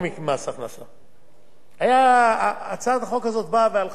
הצעת החוק הזאת באה והלכה וחזרה והלכה כמה פעמים,